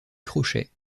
crochet